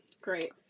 great